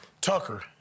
Tucker –